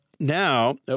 Now